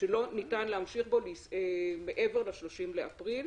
שלא ניתן להמשיך בו מעבר ל-30 לאפריל.